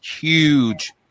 Huge